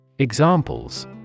Examples